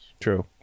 True